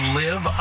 live